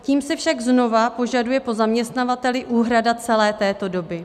Tím se však znovu požaduje po zaměstnavateli úhrada celé této doby.